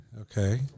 Okay